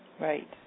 Right